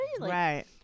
right